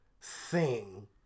sing